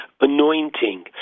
anointing